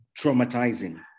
traumatizing